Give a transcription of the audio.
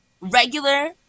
regular